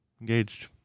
engaged